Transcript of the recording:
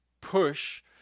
push